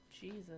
Jesus